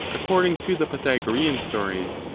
according to the pythagorean stories,